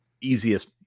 easiest